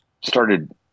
started